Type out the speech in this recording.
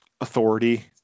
authority